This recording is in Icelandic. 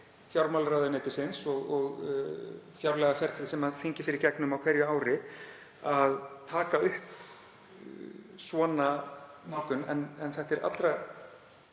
fjármálaráðuneytisins og fjárlagaferlið sem þingið fer í gegnum á hverju ári, að taka upp svona nálgun. En þetta er allrar